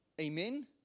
Amen